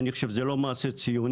אני חושב שזה לא מעשה ציוני,